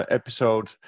episode